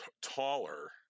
taller